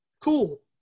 cool